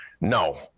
No